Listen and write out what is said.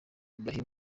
ibrahim